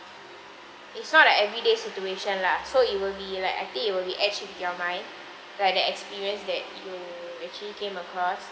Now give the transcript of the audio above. it's not like every day situation lah so it will be like I think it will be your mind like that experience that you actually came across